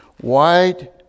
white